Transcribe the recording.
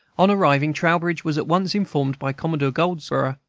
on arriving, trowbridge was at once informed by commodore goldsborough,